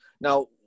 Now